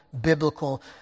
biblical